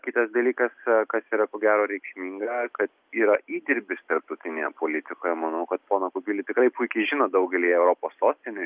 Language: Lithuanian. kitas dalykas kas yra ko gero reikšminga kad yra įdirbis tarptautinėje politikoje manau kad poną kubilių tikrai puikiai žino daugelyje europos sostinių